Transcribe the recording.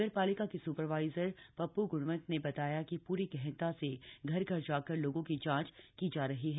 नगर पालिका के स्परवाइजर पप्पू गुणवंत ने बताया कि पूरी गहनता से घर घर जाकर लोगों की जांच की जा रही है